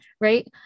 right